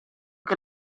che